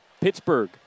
Pittsburgh